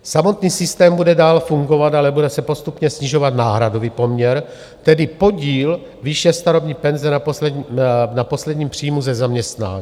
Samotný systém bude dál fungovat, ale bude se postupně snižovat náhradový poměr, tedy podíl výše starobní penze na posledním příjmu ze zaměstnání.